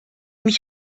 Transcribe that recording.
mich